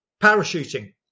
parachuting